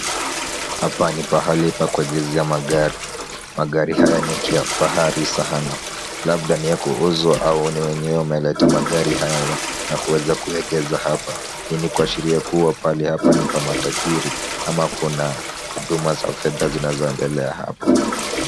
Hapa ni pahali pa kuegeshea magari. Magari haya ni ya kifahari sana. Labda ni ya kuuzwa au ni wenyewe wameleta magari haya na kuweza kuegesha hapa. Hii ni kuashiria kuwa pahali hapa ni pa matajiri ama kuna huduma za fedha zinazoendelea hapo.